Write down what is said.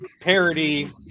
parody